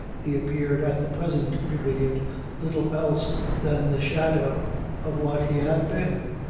he appeared at the present period little else than the shadow of what he had been.